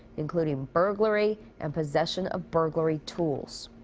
including burglary and possession of burglary tools.